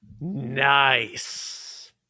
nice